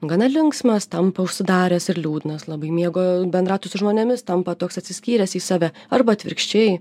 gana linksmas tampa užsidaręs ir liūdnas labai mėgo bendrauti su žmonėmis tampa toks atsiskyręs į save arba atvirkščiai